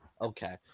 Okay